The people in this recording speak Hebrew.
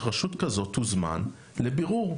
שרשות כזו תוזמן לבירור.